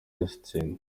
einstein